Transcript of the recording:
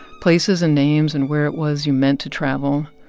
places and names and where it was you meant to travel.